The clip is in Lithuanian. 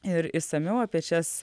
ir išsamiau apie šias